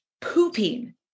pooping